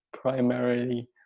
primarily